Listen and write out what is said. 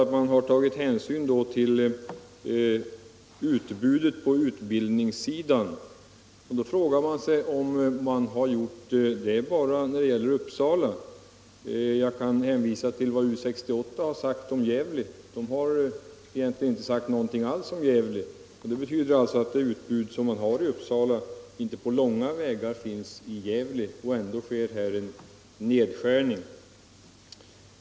Hänsyn har alltså tagits till utbudet på utbildningssidan och då frågar man sig om så har skett bara beträffande Uppsala. Jag kan hänvisa till att U 68 egentligen inte har sagt någonting alls om Gävle. Det betyder alltså att det utbud som finns i Uppsala inte på långa vägar finns i Gävle, där ändå en nedskärning av verksamheten sker.